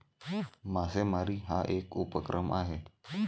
मासेमारी हा एक उपक्रम आहे